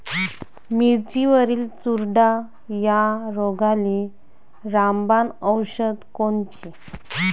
मिरचीवरील चुरडा या रोगाले रामबाण औषध कोनचे?